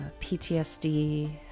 PTSD